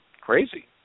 crazy